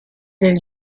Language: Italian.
del